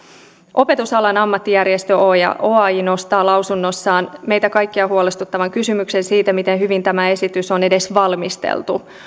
opetusalan ammattijärjestö oaj oaj nostaa lausunnossaan meitä kaikkia huolestuttavan kysymyksen siitä miten hyvin tämä esitys on edes valmisteltu